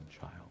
child